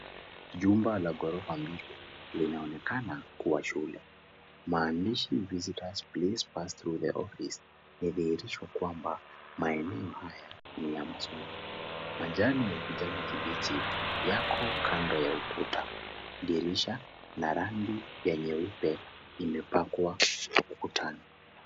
Jumba la ghorofa mbili linaonekana kuwa shule. Maandishi visitors please past through the office kwamba maeneo haya ni ya masomo. Majani ya kijani kibichi yako kando ya ukuta. Dirisha na rangi nyeupe imepakwa ukutani.